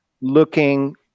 looking